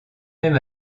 même